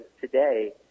today